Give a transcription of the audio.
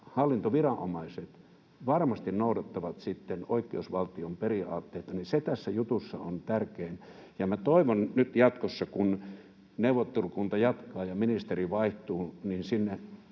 hallintoviranomaiset varmasti noudattavat oikeusvaltion periaatteita. Ja minä toivon nyt jatkossa, kun neuvottelukunta jatkaa ja ministeri vaihtuu,